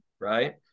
right